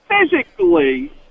physically